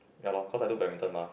ya loh cause I do badminton mah